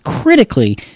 critically